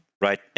right